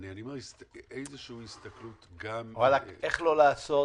אני אומר איזה שהיא הסתכלות גם --- איך לא לעשות